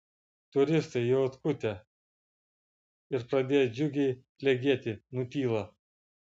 turistai jau atkutę ir pradėję džiugiai klegėti nutyla